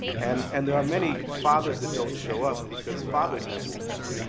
and and there are many fathers that don't show up because fathers have wounds.